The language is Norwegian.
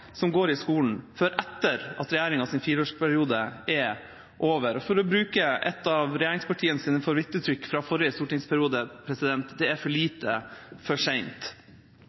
som går i skolen, før etter at regjeringas fireårsperiode er over. For å bruke et av regjeringspartienes favorittuttrykk fra forrige stortingsperiode: Det er for lite, for